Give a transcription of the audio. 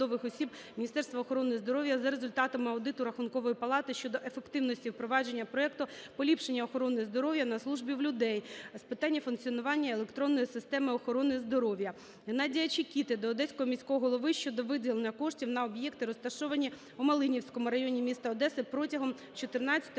Міністерства охорони здоров'я за результатами аудиту Рахункової палати щодо ефективності впровадження проекту "Поліпшення охорони здоров'я на службі у людей" з питання функціонування електронної системи охорони здоров'я. Геннадія Чекіти до Одеського міського голови щодо виділення коштів на об'єкти, розташовані у Малиновському районі міста Одеса протягом 2014-2018 років.